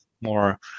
more